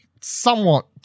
somewhat